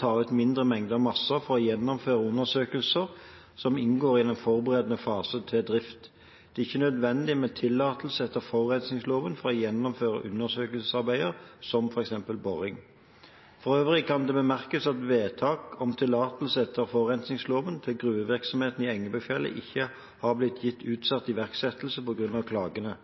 ta ut mindre mengder masse for å gjennomføre undersøkelser som inngår i en forberedende fase til drift. Det er ikke nødvendig med tillatelse etter forurensningsloven for å gjennomføre undersøkelsesarbeider, som f.eks. boring. For øvrig kan det bemerkes at vedtak om tillatelse etter forurensningsloven til gruvevirksomhet i Engebøfjellet ikke har blitt gitt utsatt iverksettelse på grunn av klagene.